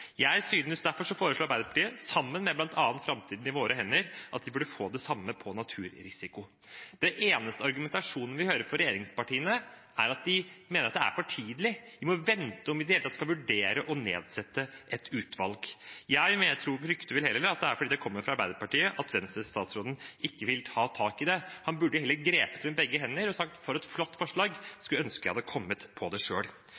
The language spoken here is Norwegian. Derfor foreslår Arbeiderpartiet, sammen med bl.a. Framtiden i våre hender at vi burde få det samme når det gjelder naturrisiko. Den eneste argumentasjonen vi hører fra regjeringspartiene, er at de mener det er for tidlig: Vi må vente – om vi i det hele tatt skal vurdere å sette ned et utvalg. Jeg frykter vel heller at det er fordi det kommer fra Arbeiderpartiet at Venstre-statsråden ikke vil ta tak i det. Han burde heller ha grepet det med begge hender og sagt: For et flott forslag, jeg skulle ønske at jeg hadde kommet på det